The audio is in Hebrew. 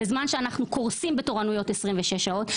בזמן שאנחנו קורסים בתורנויות 26 שעות,